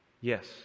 yes